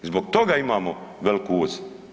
I zbog toga imamo veliki uvoz.